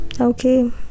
Okay